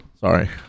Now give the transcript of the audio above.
sorry